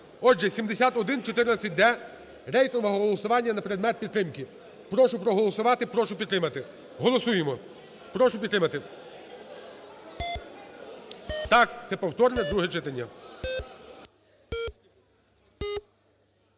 Отже, 7114-д, рейтингове голосування на предмет підтримки. Прошу проголосувати, прошу підтримати. Голосуємо. Прошу підтримати. Так, це повторне друге читання.